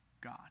God